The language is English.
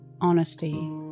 Honesty